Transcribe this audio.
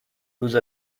روز